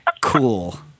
cool